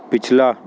पिछला